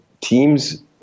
teams